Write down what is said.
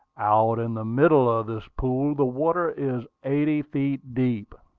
out in the middle of this pool, the water is eighty feet deep.